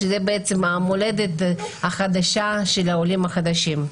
שזה המולדת החדשה של העולים החדשים.